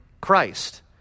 Christ